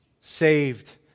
Saved